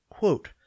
quote